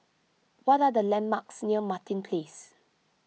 what are the landmarks near Martin Place